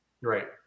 Right